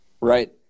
right